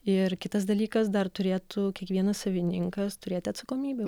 ir kitas dalykas dar turėtų kiekvienas savininkas turėti atsakomybę